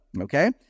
okay